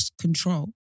control